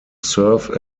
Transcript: serve